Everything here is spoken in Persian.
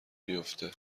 بیفته